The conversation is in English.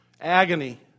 agony